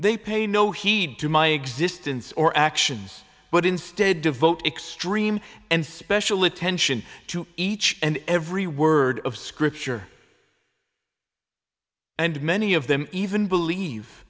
they pay no heed to my existence or actions but instead devote extreme and special attention to each and every word of scripture and many of them even believe